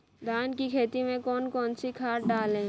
धान की खेती में कौन कौन सी खाद डालें?